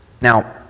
Now